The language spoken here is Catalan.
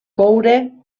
coure